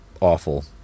awful